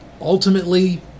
ultimately